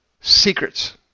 secrets